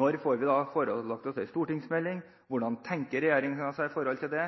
Når får vi oss forelagt en stortingsmelding? Hva tenker regjeringen i forhold til det?